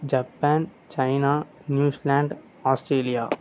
Japan China New Zealand Australia